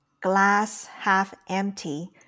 glass-half-empty